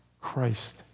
Christ